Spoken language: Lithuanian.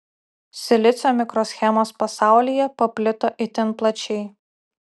silicio mikroschemos pasaulyje paplito itin plačiai